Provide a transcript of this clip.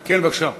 כן, בבקשה.